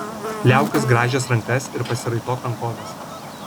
liaukis grąžęs rankas ir pasiraitok rankoves